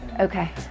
Okay